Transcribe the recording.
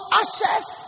ashes